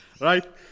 right